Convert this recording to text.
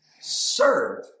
serve